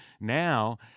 Now